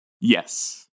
Yes